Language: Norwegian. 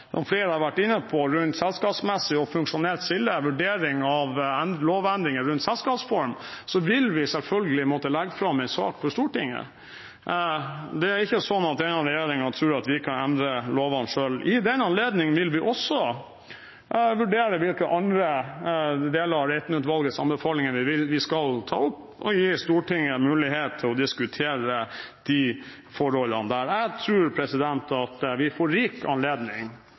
flere har vært inne på, rundt selskapsmessig og funksjonelt skille – en vurdering av lovendringer rundt selskapsform. Så vil vi selvfølgelig måtte legge fram en sak for Stortinget. Denne regjeringen tror ikke at den kan endre lovene selv. I den anledning vil vi også vurdere hvilke andre deler av Reiten-utvalgets anbefalinger vi skal ta opp, og gi Stortinget mulighet til å diskutere de forholdene. Jeg tror vi får rik anledning